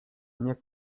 mnie